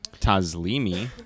Tazlimi